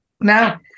Now